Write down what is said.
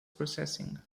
processing